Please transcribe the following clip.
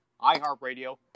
iHeartRadio